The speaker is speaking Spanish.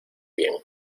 bien